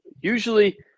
usually